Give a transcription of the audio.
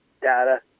data